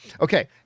Okay